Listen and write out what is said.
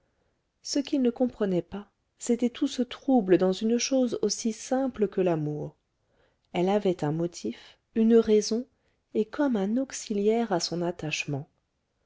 ce qu'il ne comprenait pas c'était tout ce trouble dans une chose aussi simple que l'amour elle avait un motif une raison et comme un auxiliaire à son attachement